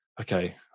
okay